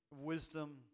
wisdom